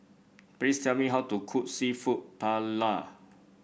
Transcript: please tell me how to cook seafood Paella